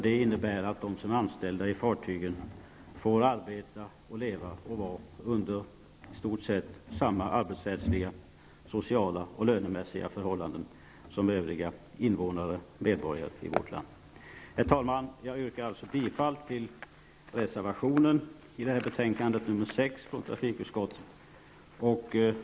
Det innebär att de som är anställda på fartygen får arbeta och leva under i stort sett samma arbetsrättsliga, sociala och lönemässiga förhållanden som övriga medborgare i vårt land. Herr talman! Jag yrkar bifall till reservationen i betänkande nr 6 från trafikutskottet.